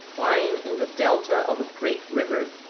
lying in the delta of a great river,